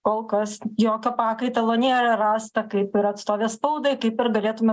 kol kas jokio pakaitalo nėra rasta kaip ir atstovės spaudai kaip ir galėtume